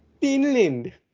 Finland